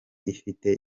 ifite